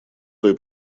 той